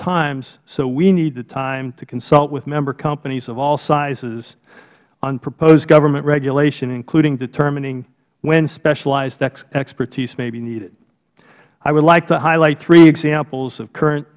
times so we need the time to consult with member companies of all sizes on proposed government regulation including determining when specialized expertise may be needed i would like to highlight three examples of current